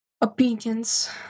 opinions